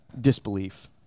disbelief